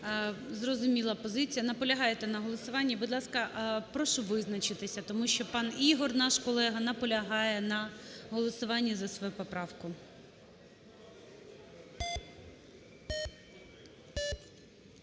Зрозуміла позиція. Наполягаєте на голосуванні? Будь ласка, прошу визначитись, тому що пан Ігор, наш колега, наполягає на голосуванні за свою поправку.